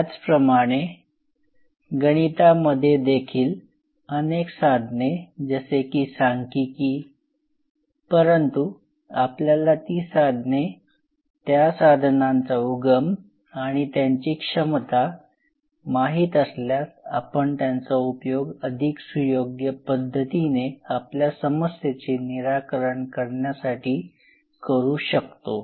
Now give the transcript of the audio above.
त्याचप्रमाणे गणितामध्येदेखील अनेक साधने जसे की सांख्यिकी परंतु आपल्याला ती साधने त्या साधनांचा उगम आणि त्यांची क्षमता माहित असल्यास आपण त्यांचा उपयोग अधिक सुयोग्य पद्धतीने आपल्या समस्येचे निराकरण करण्यासाठी करू शकतो